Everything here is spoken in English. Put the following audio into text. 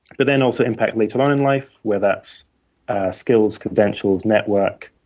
but then also impact later on in life, where that's skills, credentials, network.